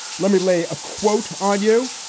let me play a quote on you.